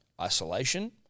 isolation